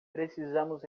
precisamos